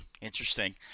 Interesting